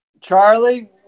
Charlie